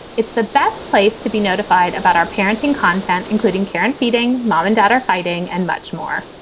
it's the best place to be notified about our parenting content, including care and feeding. mom and dad are fighting and much more.